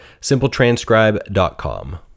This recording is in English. simpletranscribe.com